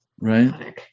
right